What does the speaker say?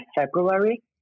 February